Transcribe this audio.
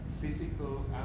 physical